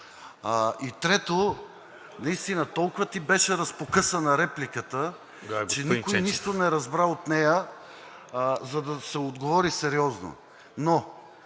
е. Трето, наистина толкова ти беше разпокъсана репликата, че никой нищо не разбра от нея, за да се отговори сериозно.